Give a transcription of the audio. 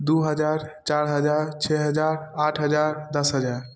दू हजार चारि हजार छओ हजार आठ हजार दस हजार